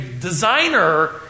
designer